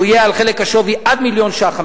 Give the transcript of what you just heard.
והוא יהיה על חלק השווי: עד 1 מיליון ש"ח,